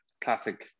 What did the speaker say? Classic